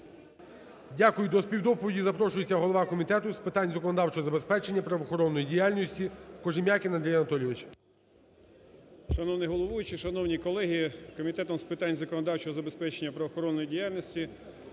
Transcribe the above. Дякую. До співдоповіді запрошується голова Комітету з питань законодавчого забезпечення правоохоронної діяльності Кожем'якін Андрій Анатолійович. 17:39:26 КОЖЕМ’ЯКІН А.А. Шановний головуючий! Шановні колеги! Комітетом з питань законодавчого забезпечення правоохоронної діяльності